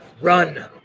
Run